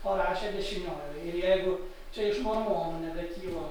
o rašė dešiniojoj ir jeigu čia iš mormonų negatyvo